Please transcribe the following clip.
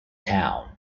town